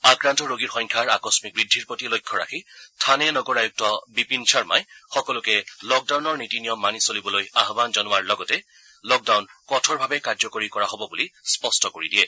আক্ৰান্ত ৰোগীৰ সংখ্যাৰ আকম্মিক বুদ্ধিৰ প্ৰতি লক্ষ্য ৰাখি থানে নগৰ আয়ুক্ত বিপিন শৰ্মাই সকলোকে লক ডাউনৰ নীতি নিয়ম মানি চলিবলৈ আয়ান জনোৱাৰ লগতে লক ডাউন কঠোৰভাৱে কাৰ্য্যকৰী কৰা হ'ব বুলি স্পষ্ট কৰি দিয়ে